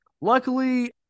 Luckily